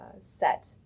set